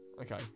okay